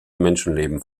menschenleben